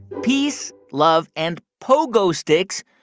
peace, love and pogo sticks,